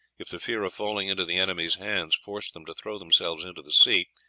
if the fear of falling into the enemy's hands forced them to throw themselves into the sea,